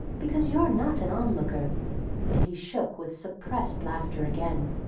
because you're not an on-looker and he shook with suppressed laughter again.